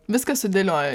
viską sudėliojo